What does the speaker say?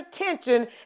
attention